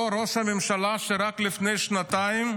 אותו ראש ממשלה שרק לפני שנתיים,